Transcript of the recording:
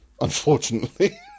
unfortunately